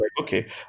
okay